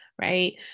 right